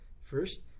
First